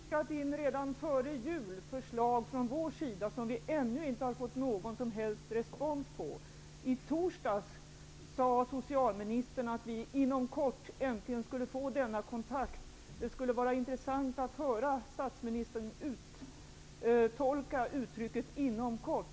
Fru talman! Vi skickade redan före jul in förslag, som vi ännu inte har fått någon som helst respons på. I torsdags sade socialministern att vi inom kort äntligen skulle ha kontakt. Det skulle vara intressant att höra statsministern uttolka uttrycket